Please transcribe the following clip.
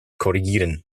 korrigieren